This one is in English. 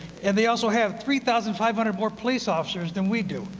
and they also have three thousand five hundred more police officers than we do,